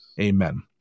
amen